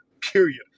period